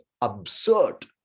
absurd